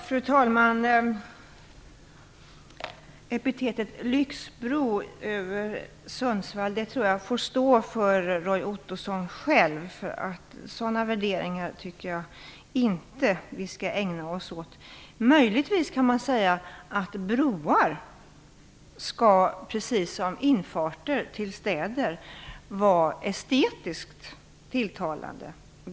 Fru talman! Epitetet lyxbro får stå för Roy Ottosson själv. Jag tycker inte att vi skall anlägga sådana värderingar. Man kan möjligtvis säga att broar, precis som infarter till städer, skall vara estetiskt tilltalande.